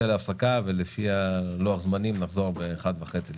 אנחנו נצא להפסקה ולפי לוח הזמנים אנחנו נחזור באחת וחצי לדיון,